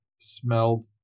smelled